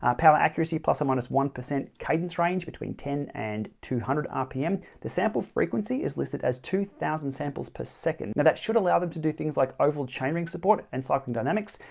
ah power accuracy plus or minus one. cadance range between ten and two hundred rpm. the sample frequency is listed as two thousand samples per second now that should allow them to do things like oval chain ring support and cycling dynamics.